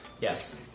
Yes